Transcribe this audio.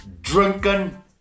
Drunken